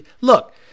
Look